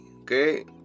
okay